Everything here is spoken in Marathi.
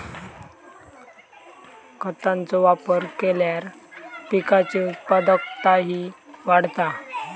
खतांचो वापर केल्यार पिकाची उत्पादकताही वाढता